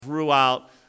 throughout